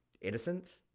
Innocence